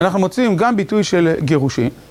אנחנו מוצאים גם ביטוי של גירושי.